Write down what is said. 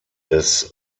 des